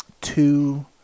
two